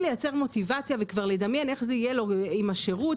לייצר מוטיבציה וכבר לדמיין איך זה יהיה לו עם השירות,